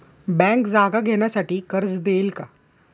Bank जागा घेण्यासाठी कर्ज देईल का?